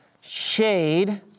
shade